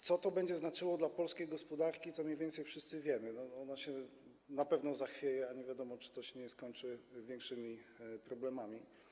Co to będzie znaczyło dla polskiej gospodarki, mniej więcej wszyscy wiemy, na pewno ona się zachwieje, a nie wiadomo, czy to się nie skończy większymi problemami.